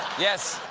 yes,